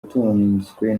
atunzwe